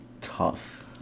tough